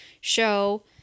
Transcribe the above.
show